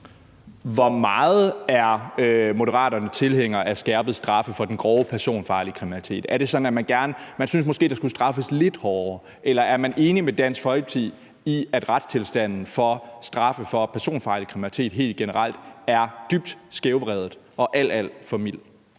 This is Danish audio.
Hvor meget er Moderaterne tilhængere af skærpede straffe for den grove personfarlige kriminalitet? Er det sådan, at man måske synes, det skulle straffes lidt hårdere, eller er man enig med Dansk Folkeparti i, at retstilstanden for straffe for personfarlig kriminalitet helt generelt er dybt skævvredet og straffene alt, alt for milde?